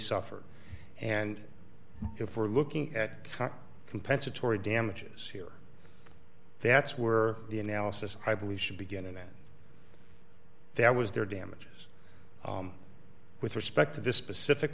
suffered and if we're looking at compensatory damages here that's where the analysis i believe should begin and that that was their damages with respect to this specific